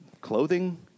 clothing